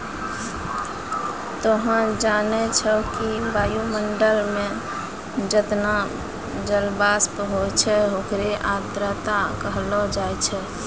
तोहं जानै छौ कि वायुमंडल मं जतना जलवाष्प होय छै होकरे आर्द्रता कहलो जाय छै